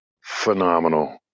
Phenomenal